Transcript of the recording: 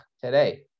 today